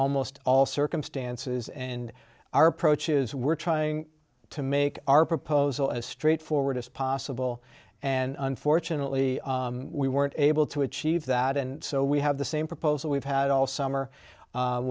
almost all circumstances and our approach is we're trying to make our proposal as straightforward as possible and unfortunately we weren't able to achieve that and so we have the same proposal we've had all summer